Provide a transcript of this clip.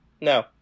no